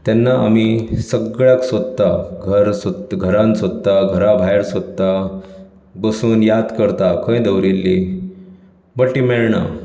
तेन्ना आमी सगळ्याक सोदतात घर सोद घरांत सोदतात घरा भायर सोदतात बसून याद करता खंय दवरिल्ली बट ती मेळना